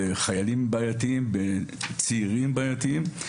בחיילים בעייתיים, בצעירים בעייתיים.